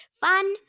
Fun